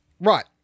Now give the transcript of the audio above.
right